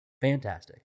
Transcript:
fantastic